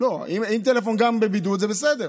אם הטלפון גם בבידוד, זה בסדר.